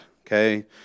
Okay